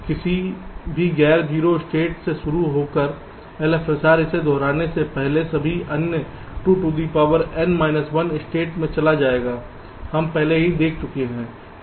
किसी भी गैर 0 स्टेट से शुरू होकर LFSR इसे दोहराने से पहले सभी अन्य 2 to the power n minus 1 state में चला जाएगा हम पहले ही देख चुके हैं